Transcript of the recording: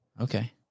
Okay